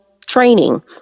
training